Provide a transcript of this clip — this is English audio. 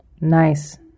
Nice